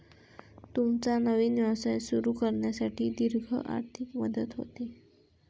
तुमचा नवीन व्यवसाय सुरू करण्यासाठी दीर्घ आर्थिक मदत होते